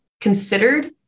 considered